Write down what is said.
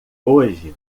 hoje